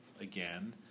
again